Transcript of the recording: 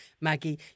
Maggie